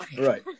Right